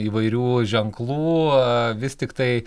įvairių ženklų vis tiktai